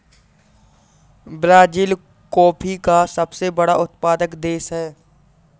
Brazil coffee का सबसे बड़ा उत्पादक देश है